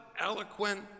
eloquent